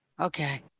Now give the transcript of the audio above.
Okay